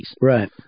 Right